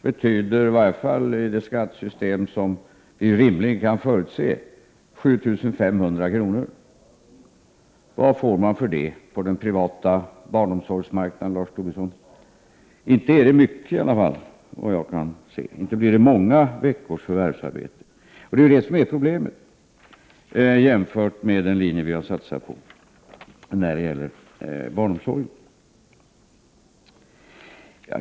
betyder —-i varje fall i det skattesystem som vi rimligen kan förutse — 7 500 kr. Vad får man för det på den privata barnomsorgsmarknaden, Lars Tobisson? Inte är det mycket! Inte blir det många veckors förvärvsarbete. Det är just det som är problemet jämfört med den linje som vi har satsat på när det gäller barnomsorgen.